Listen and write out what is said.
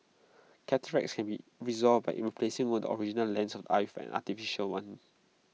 cataracts can be resolved by IT replacing the original lens of eye with an artificial one